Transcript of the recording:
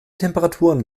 temperaturen